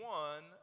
one